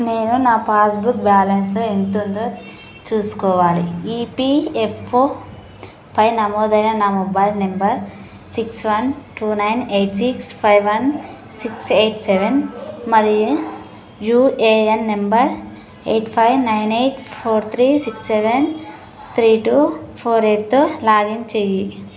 నేను నా పాస్బుక్ బాలన్స్లో ఎంతుందో చూసుకోవాలి ఈపీఎఫ్ఓపై నమోదైన నా mobile number six one two nine eight six five one six eight seven మరియు UAN number eight five nine eight four three six seven three two four ఎయిట్తో లాగిన్ చేయి